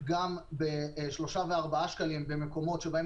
גם שלושה וארבעה שקלים במקומות שבהם